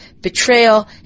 betrayal